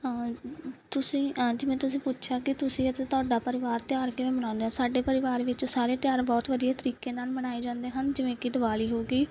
ਹਾਂ ਤੁਸੀਂ ਜਿਵੇਂ ਤੁਸੀਂ ਪੁੱਛਿਆ ਕਿ ਤੁਸੀਂ ਅਤੇ ਤੁਹਾਡਾ ਪਰਿਵਾਰ ਤਿਉਹਾਰ ਕਿਵੇਂ ਮਨਾਉਂਦੇ ਹੋ ਸਾਡੇ ਪਰਿਵਾਰ ਵਿੱਚ ਸਾਰੇ ਤਿਉਹਾਰ ਬਹੁਤ ਵਧੀਆ ਤਰੀਕੇ ਨਾਲ ਮਨਾਏ ਜਾਂਦੇ ਹਨ ਜਿਵੇਂ ਕਿ ਦਿਵਾਲੀ ਹੋ ਗਈ